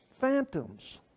Phantoms